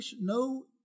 no